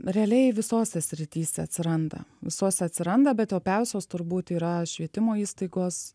realiai visose srityse atsiranda visose atsiranda bet opiausios turbūt yra švietimo įstaigos